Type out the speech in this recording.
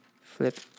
Flip